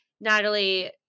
Natalie